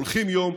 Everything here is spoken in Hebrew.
הולכים יום,